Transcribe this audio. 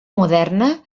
moderna